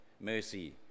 mercy